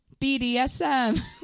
bdsm